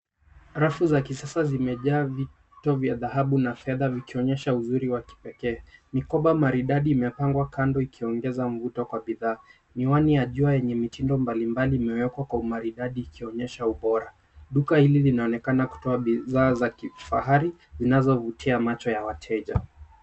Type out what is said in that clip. Rafu za kisasa zimejaa vito vya dhahabu na fedha vikionyesha uzuri wa kipekee. Mikoba maridadi imepangwa kando ikiongeza mvuto kwa bidhaa. Miwani ya jua yenye mitindo mbalimbali imewekwa kwa umaridadi ikionyesha ubora. Duka hili linaonekana kutoa bidhaa za kifahari zinazovutia macho ya wateja.